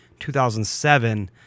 2007